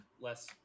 less